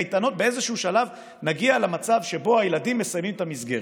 באיזשהו שלב נגיע למצב שבו הילדים מסיימים את המסגרת.